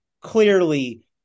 clearly